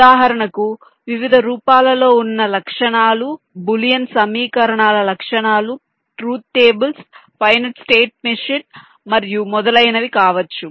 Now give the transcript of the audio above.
ఉదాహరణకు వివిధ రూపాలలో ఉన్న లక్షణాలు బూలియన్ సమీకరణాలు లక్షణాలు truth tables finite state machine మరియు మొదలైనవి కావచ్చు